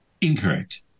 Incorrect